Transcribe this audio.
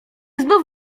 znów